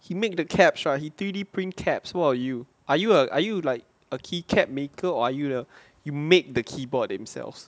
he make the caps right he three D print caps who you are you are you like a key cap maker or you you make the keyboard themselves